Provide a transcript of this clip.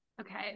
Okay